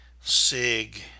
SIG